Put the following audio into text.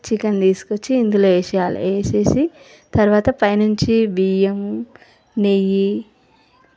chicken తీసుకొచ్చి ఇందులో వేసేయాలి వేసేసి తరువాత పైనుంచి బియ్యం నెయ్యి